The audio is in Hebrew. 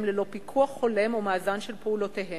ללא פיקוח הולם ומאזן של פעולותיהן.